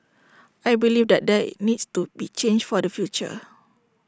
I believe that there needs to be change for the future